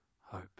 hope